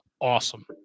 awesome